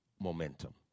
momentum